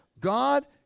God